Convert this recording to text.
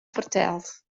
fertelt